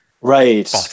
Right